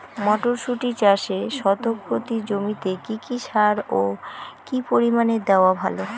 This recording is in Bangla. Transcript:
মটরশুটি চাষে শতক প্রতি জমিতে কী কী সার ও কী পরিমাণে দেওয়া ভালো?